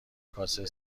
کاسه